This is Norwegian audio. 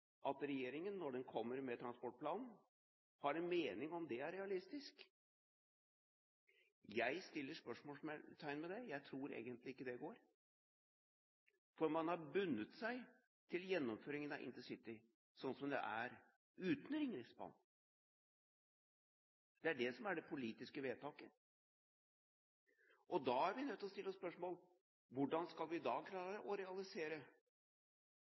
at regjeringen når den kommer med transportplanen, har en mening om det er realistisk. Jeg setter spørsmålstegn ved det. Jeg tror egentlig ikke det går, for man har bundet seg til gjennomføringen av intercity slik det er, uten Ringeriksbanen. Det er det som er det politiske vedtaket. Og da er vi nødt til å stille oss spørsmålet: Hvordan skal vi da klare å realisere